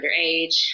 underage